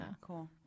Cool